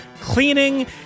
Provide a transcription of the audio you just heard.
cleaning